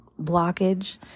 blockage